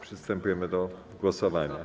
Przystępujemy do głosowania.